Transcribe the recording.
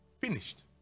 finished